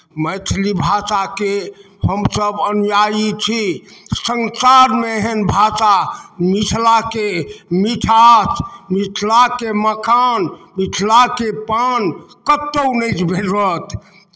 मैथिली भाषाके हमसभ अनुयायी छी संसारमे एहन भाषा मिथिलाके मिठास मिथिलाके मखान मिथिलाके पान कतहु नहि भेटत